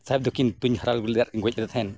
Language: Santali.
ᱥᱟᱦᱮᱵᱽ ᱫᱚᱠᱤᱱ ᱛᱩᱧ ᱦᱟᱨᱟᱲ ᱟᱹᱜᱩ ᱞᱮᱫᱮᱭᱟ ᱜᱚᱡ ᱞᱮᱫᱮ ᱛᱟᱦᱮᱱ